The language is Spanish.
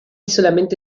solamente